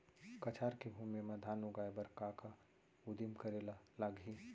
कछार के भूमि मा धान उगाए बर का का उदिम करे ला लागही?